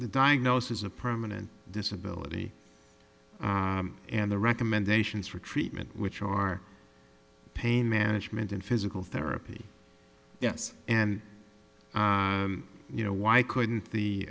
diagnosis of permanent disability and the recommendations for treatment which are pain management and physical therapy yes and you know why couldn't the